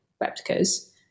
replicas